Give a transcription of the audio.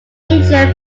injured